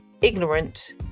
ignorant